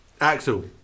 Axel